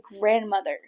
grandmother